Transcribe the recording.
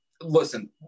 listen